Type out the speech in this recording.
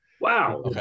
Wow